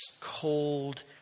cold